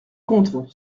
contre